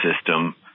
system